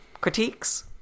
critiques